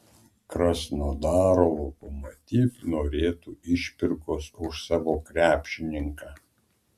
krasnodaro lokomotiv norėtų išpirkos už savo krepšininką